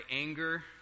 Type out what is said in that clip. anger